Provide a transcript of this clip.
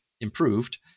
improved